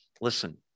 listen